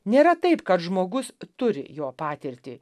nėra taip kad žmogus turi jo patirtį